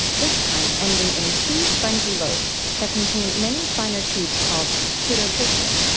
this time ending in two spongy lobes that contain many finer tubes called pseudotracheae.